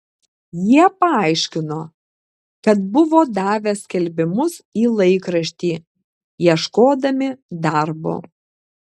jie paaiškino kad buvo davę skelbimus į laikraštį ieškodami darbo